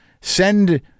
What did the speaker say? send